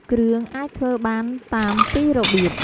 គ្រឿងអាចធ្វើបានតាមពីររបៀប។